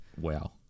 Wow